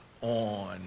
on